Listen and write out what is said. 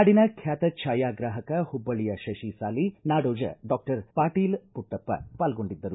ನಾಡಿನ ಖ್ಯಾತ ಛಾಯಾಗ್ರಾಪಕ ಹುಬ್ಲಳ್ಳಿಯ ಶತಿ ಸಾಲಿ ನಾಡೋಜ ಡಾಕ್ಟರ್ ಪಾಟೀಲ ಮಟ್ಟಪ್ಪ ಪಾಲ್ಗೊಂಡಿದ್ದರು